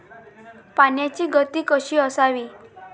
पाण्याची गती कशी असावी?